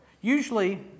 Usually